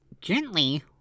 Gently